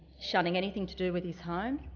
shunning anything to do with his home,